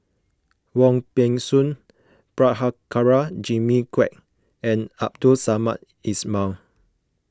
Wong Peng Soon Prabhakara Jimmy Quek and Abdul Samad Ismail